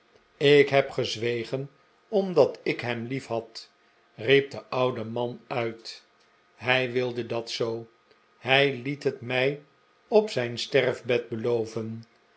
ik heb gezwegen omdat ik hem liefhad riep de oude man uit hij wilde dat zoo hij liet het mij op zijn sterfbed beloven